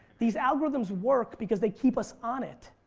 these algorithms work because they keep us on it.